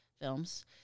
films